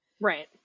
Right